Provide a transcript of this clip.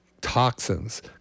toxins